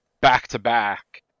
back-to-back